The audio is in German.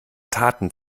taten